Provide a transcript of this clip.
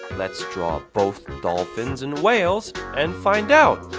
let's draw both dolphins and whales and find out!